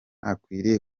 akwiriye